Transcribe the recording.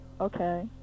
Okay